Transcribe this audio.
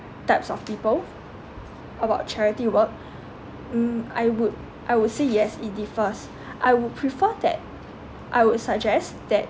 types of people about charity work um I would I would say yes it differs I would prefer that I would suggest that